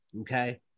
okay